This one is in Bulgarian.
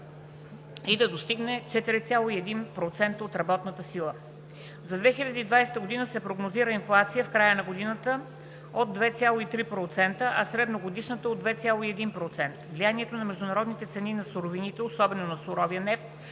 и да достигне 4,1% от работната сила. За 2020 г. се прогнозира инфлация в края на годината от 2,3%, а средногодишната – от 2,1%. Влиянието на международните цени на суровините, особено на суровия нефт,